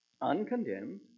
uncondemned